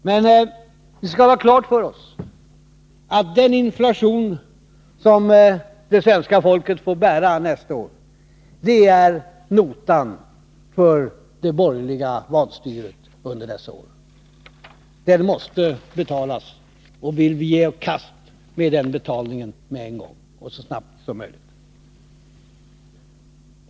Men vi skall ha klart för oss att den inflation som det svenska folket får bära nästa år är notan för det borgerliga vanstyret under dessa år. Den måste betalas. Vi vill ge oss i kast med den betalningen på en gång så snabbt som möjligt.